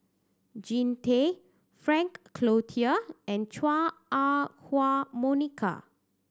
Jean Tay Frank Cloutier and Chua Ah Huwa Monica